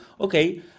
okay